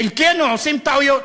חלקנו עושים טעויות.